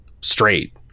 straight